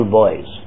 boys